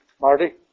Marty